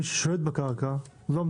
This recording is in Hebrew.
צריך להגיד את האמת.